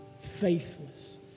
faithless